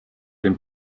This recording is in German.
dem